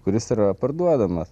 kuris yra parduodamas